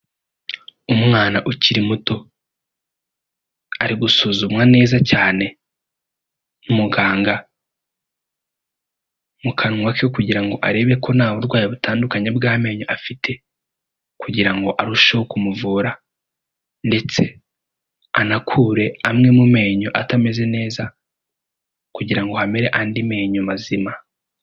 Umwana ukiri muto, ari gusuzumwa neza cyane n'umuganga mu kanwa ke kugira ngo arebe ko nta burwayi butandukanye bw'amenyo afite kugirango arusheho kumuvura ndetse anakure amwe mu menyo atameze neza kugira ngo hamere andi menyo mazima.